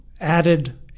added